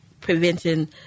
prevention